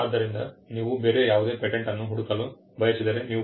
ಆದ್ದರಿಂದ ನೀವು ಬೇರೆ ಯಾವುದೇ ಪೇಟೆಂಟ್ ಅನ್ನು ಹುಡುಕಲು ಬಯಸಿದರೆ ನೀವು www